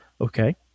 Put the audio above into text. Okay